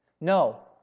no